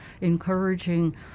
encouraging